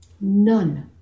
None